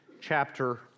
chapter